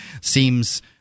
seems